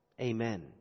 Amen